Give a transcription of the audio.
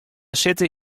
sitte